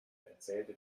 erzählte